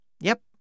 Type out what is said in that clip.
Yep